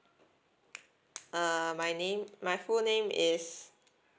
uh my name my full name is